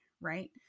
Right